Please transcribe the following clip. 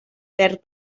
perd